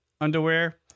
Underwear